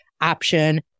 option